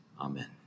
Amen